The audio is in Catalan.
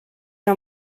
que